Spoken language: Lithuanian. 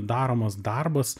daromas darbas